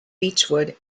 beechwood